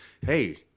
hey